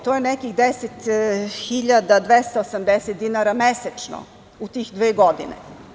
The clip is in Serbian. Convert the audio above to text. To je nekih 10.280 dinara mesečno u tih dve godine.